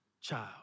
child